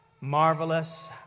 marvelous